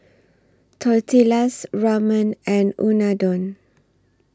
Tortillas Ramen and Unadon